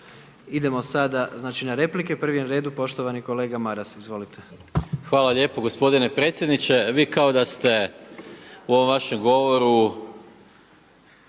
Idemo sada na replike. Prvi je na redu poštovani kolega Maras. **Maras, Gordan (SDP)** Hvala lijepo g. predsjedniče. Vi kao da ste u ovom vašem govoru